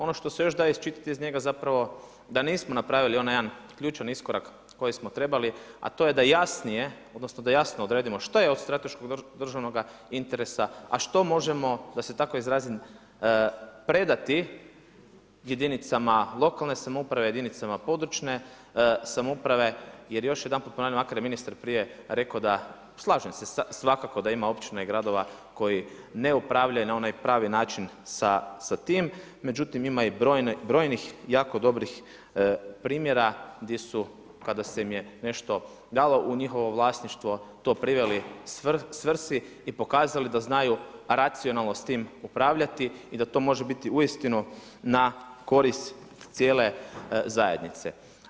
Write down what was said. Ono što se još da iščitati iz njega da nismo napravili onaj jedan ključan iskorak koji smo trebali, a to je da jasnije, odnosno da jasno odredimo što je od strateškoga državnoga interesa, a što možemo, da se tako izrazim, predati jedinicama lokalne samouprave, jedinicama područne samouprave jer još jedanput ponavljam, makar je ministar prije rekao da slažem se svakako da ima općina i gradova koji ne upravljaju na onaj pravi način sa tim, međutim ima i brojnih jako dobrih primjera gdje su, kada im se nešto dalo u njihovo vlasništvo to priveli svrsi i pokazali da znaju racionalni s tim upravljati i da to može biti uistinu na korist cijele zajednice.